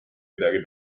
midagi